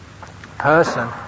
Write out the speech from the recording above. person